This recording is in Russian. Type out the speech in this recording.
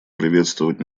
приветствовать